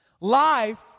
Life